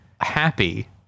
happy